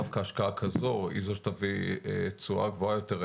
דווקא השקעה כזו היא זו שתביא תשואה גבוהה יותר,